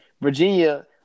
Virginia